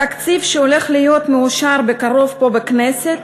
התקציב שהולך להיות מאושר בקרוב פה, בכנסת,